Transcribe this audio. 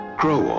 grow